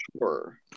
sure